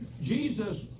Jesus